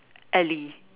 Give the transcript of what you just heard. Ellie